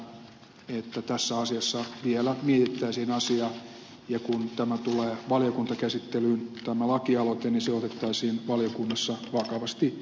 toivon että tässä asiassa vielä mietittäisiin asiaa ja kun tämä lakialoite tulee valiokuntakäsittelyyn se otettaisiin valiokunnassa vakavasti esille